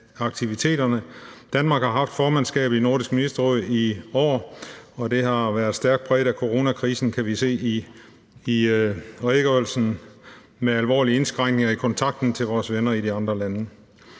Danmark har haft formandskabet i Nordisk Ministerråd i år, og det har været stærkt præget af coronakrisen, kan vi se i redegørelsen, med alvorlige indskrænkninger i kontakten til vores venner i de andre lande.